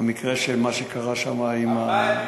המקרה שקרה שם עם,